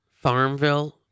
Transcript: Farmville